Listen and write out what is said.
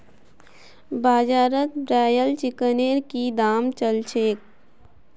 बाजारत ब्रायलर चिकनेर की दाम च ल छेक